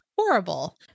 horrible